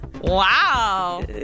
Wow